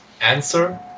answer